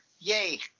Yay